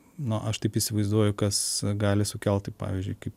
nu aš taip įsivaizduoju kas gali sukelt tai pavyzdžiui kaip